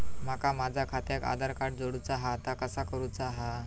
माका माझा खात्याक आधार कार्ड जोडूचा हा ता कसा करुचा हा?